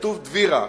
כתוב "דבירה",